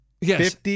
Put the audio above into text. Yes